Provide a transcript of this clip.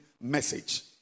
message